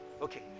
Okay